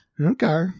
Okay